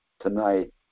tonight